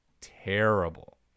terrible